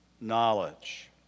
knowledge